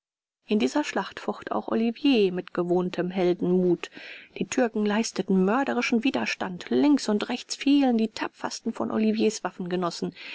in dieser schlacht focht auch olivier mit gewohntem heldenmut die türken leisteten mörderischen widerstand links und rechts fielen die tapfersten von oliviers